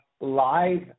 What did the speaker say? live